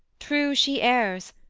true she errs,